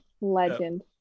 Legend